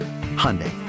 Hyundai